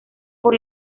por